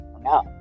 No